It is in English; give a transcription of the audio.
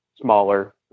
smaller